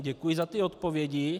Děkuji za ty odpovědi.